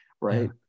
right